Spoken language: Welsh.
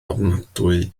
ofnadwy